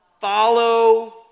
follow